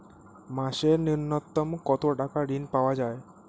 মাসে নূন্যতম কত টাকা ঋণ পাওয়া য়ায়?